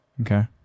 okay